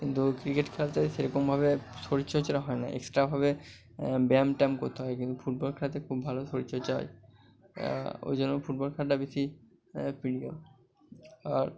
কিন্তু ক্রিকেট খেলাতে সেরকমভাবে শরীর চর্চাটা হয় না এক্সট্রাভাবে ব্যায়াম ট্যায়াম করতে হয় কিন্তু ফুটবল খেলাতে খুব ভালো শরীর চর্চা হয় ওই জন্য ফুটবল খেলাটা বেশি প্রিয় আর